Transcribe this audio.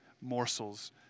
morsels